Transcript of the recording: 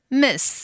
miss